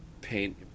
paint